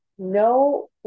no